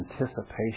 anticipation